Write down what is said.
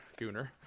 Gooner